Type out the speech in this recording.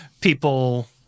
people